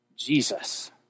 Jesus